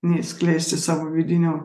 neatskleisti savo vidinio